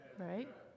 right